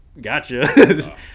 gotcha